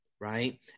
right